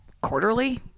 quarterly